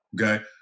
Okay